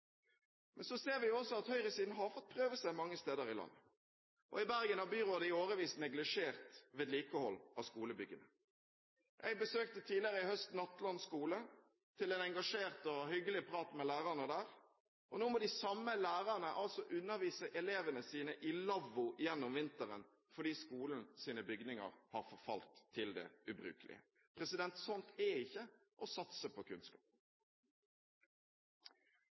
Men så ser vi også at høyresiden har fått prøve seg mange steder i landet. I Bergen har byrådet i årevis neglisjert vedlikehold av skolebyggene. Jeg besøkte tidligere i høst Nattland skole til en engasjert og hyggelig prat med lærerne der. Nå må de samme lærerne undervise elevene sine i lavvo gjennom vinteren fordi skolens bygninger har forfalt til det ubrukelige. Sånt er ikke å satse på kunnskap.